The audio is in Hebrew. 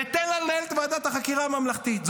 ותן לה לנהל את ועדת החקירה הממלכתית.